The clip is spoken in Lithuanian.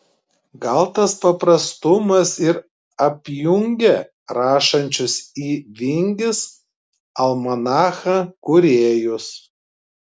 gal tas paprastumas ir apjungia rašančius į vingis almanachą kūrėjus